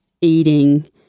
eating